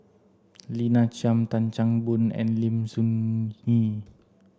Lina Chiam Tan Chan Boon and Lim Soo Ngee